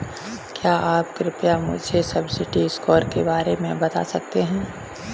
क्या आप कृपया मुझे सिबिल स्कोर के बारे में बता सकते हैं?